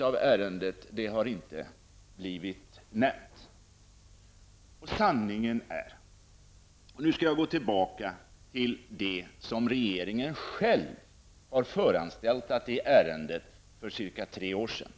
av ärendet. Nu skall jag gå tillbaka till det som regeringen själv föranstaltade i ärendet för cirka tre år sedan.